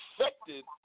affected